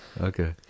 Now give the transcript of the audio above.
okay